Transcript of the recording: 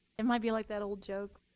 it might be like that old joke,